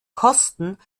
kosten